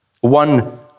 One